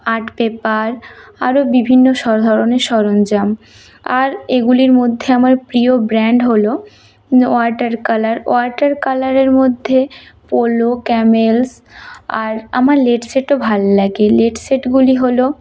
art paper আরও বিভিন্ন সব ধরনের সরঞ্জাম আর এগুলির মধ্যে আমার প্রিয় ব্র্যান্ড হল ওয়াটার কালার ওয়াটার কালারের মধ্যে পোলো ক্যামেল আর আমার লেড সেটও ভাল লাগে লেড সেটগুলি হলো